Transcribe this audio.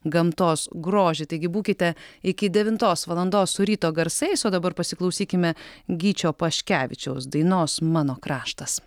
gamtos grožį taigi būkite iki devintos valandos su ryto garsais o dabar pasiklausykime gyčio paškevičiaus dainos mano kraštas